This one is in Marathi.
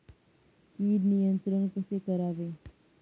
कीड नियंत्रण कसे करावे?